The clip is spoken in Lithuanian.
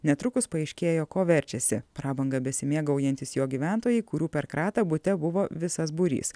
netrukus paaiškėjo kuo verčiasi prabanga besimėgaujantys jo gyventojai kurių per kratą bute buvo visas būrys